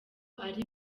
ari